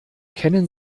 kennen